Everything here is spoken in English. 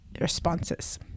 responses